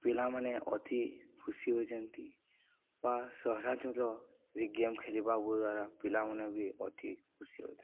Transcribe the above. ପିଲାମାନେ ଅତି ଖୁସି ହୋଇଛନ୍ତି ବା ସହରାଞ୍ଚଳର ଗେମ୍ ଖେଳିବା ଦ୍ୱାରା ପିଲାମାନେ ବି ଅତି ଖୁସି